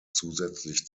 zusätzlich